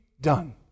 done